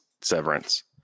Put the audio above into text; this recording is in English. severance